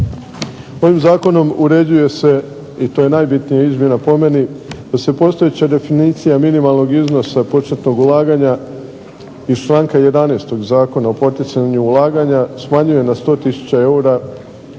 Ovim zakonom uređuje se i to je najbitnija izmjena po meni, da se postojeća definicija minimalnog iznosa početnog ulaganja iz članka 11. Zakona o poticanju ulaganja smanjuje na 100 tisuća